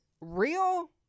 real